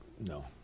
No